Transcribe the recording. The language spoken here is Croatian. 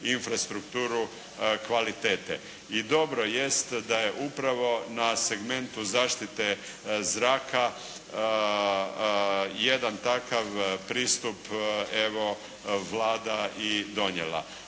infrastrukturu kvalitete. I to dobro jest, da je upravo na segmentu zaštite zraka jedan takav pristup evo Vlada i donijela.